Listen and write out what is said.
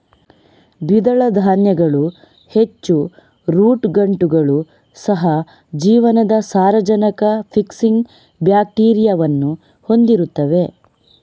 ದ್ವಿದಳ ಧಾನ್ಯಗಳು ಹೆಚ್ಚು ರೂಟ್ ಗಂಟುಗಳು, ಸಹ ಜೀವನದ ಸಾರಜನಕ ಫಿಕ್ಸಿಂಗ್ ಬ್ಯಾಕ್ಟೀರಿಯಾವನ್ನು ಹೊಂದಿರುತ್ತವೆ